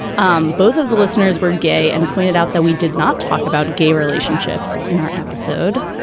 um both of the listeners were gay and pointed out that we did not talk about gay relationships in our episode.